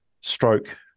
stroke